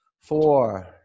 four